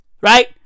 Right